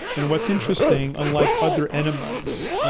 and what's interesting unlike other enemas,